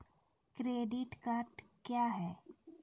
Credit card क्या हैं?